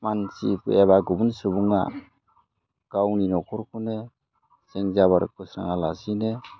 मानसिफोर एबा गुबुन सुबुङा गावनि न'खरखौनो जें जाबोर फोस्राङालासिनो